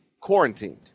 quarantined